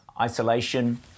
isolation